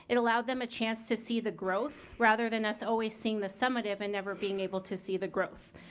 it allowed them a chance to see the growth rather than us always seeing the summative and never being able to see the growth.